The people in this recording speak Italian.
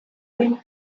ben